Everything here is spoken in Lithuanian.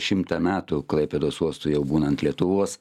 šimtą metų klaipėdos uostui jau būnant lietuvos